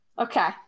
Okay